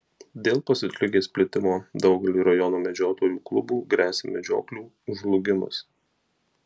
dėl pasiutligės plitimo daugeliui rajono medžiotojų klubų gresia medžioklių žlugimas